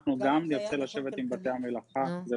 אנחנו רוצים שירות.